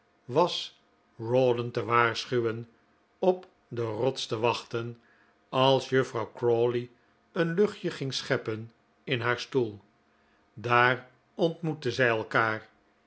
was rawdon te waarschuwen op de rots te wachten als juffrouw crawley een luchtje ging scheppen in haar stoel daar ontmoetten zij elkaar